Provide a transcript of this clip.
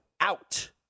out